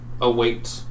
await